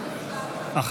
בבקשה.